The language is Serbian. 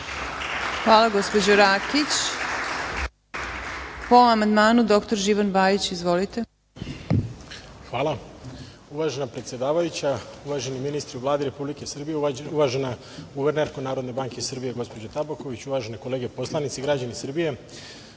Hvala, gospođo Rakić. Po amandmanu, dr Živan Bajić. Izvolite. **Živan Bajić** Hvala. Uvažena predsedavajuća, uvaženi ministri u Vladi Republike Srbije, uvažena guvernerko Narodne banke Srbije gospođo Tabaković, uvažene kolege poslanici, građani Srbije,